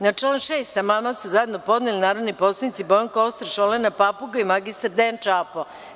Na član 6. amandman su zajedno podneli narodni poslanici Bojan Kostreš, Olena Papuga i mr Dejan Čapo.